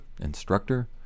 instructor